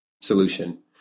solution